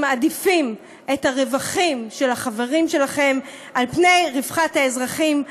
מעדיפים את הרווחים של החברים שלכם על פני רווחת האזרחים,